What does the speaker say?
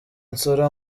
nsoro